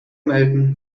melden